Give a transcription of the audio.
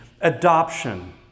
adoption